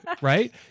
right